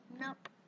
Nope